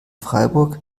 freiburg